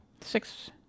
Six